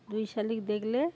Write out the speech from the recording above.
দুই শালিক দেখলে